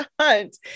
hunt